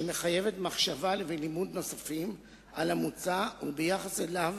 שמחייבת מחשבה ולימוד נוספים על המוצע וביחס אליו,